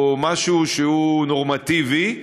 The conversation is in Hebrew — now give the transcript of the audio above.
או משהו שהוא נורמטיבי,